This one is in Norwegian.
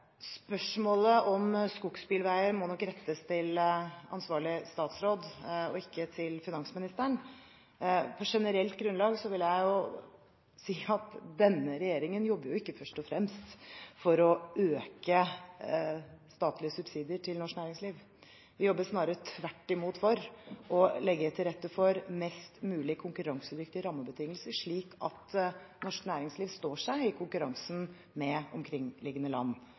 Spørsmålet om skogsbilveier må nok rettes til ansvarlig statsråd og ikke til finansministeren. På generelt grunnlag vil jeg si at denne regjeringen ikke først og fremst jobber for å øke statlige subsidier til norsk næringsliv. Vi jobber snarere tvert imot for å legge til rette for mest mulig konkurransedyktige rammebetingelser, slik at norsk næringsliv står seg i konkurransen med omkringliggende land.